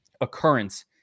occurrence